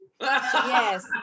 Yes